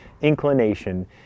inclination